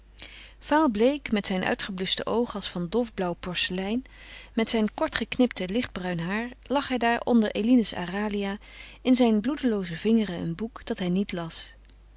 vaalbleek met zijn uitgebluschte oogen als van dof blauw porcelein met zijn kortgeknipt lichtbruin haar lag hij daar onder eline's aralia in zijn bloedelooze vingeren een boek dat hij niet las